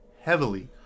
heavily